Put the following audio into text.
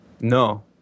no